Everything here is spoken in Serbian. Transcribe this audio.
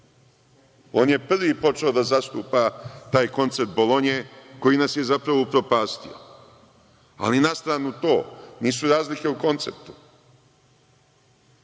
On je prvi počeo da zastupa taj koncept Bolonje, koji nas je zapravo upropastio. Ali, na stranu to, nisu razlike u konceptu.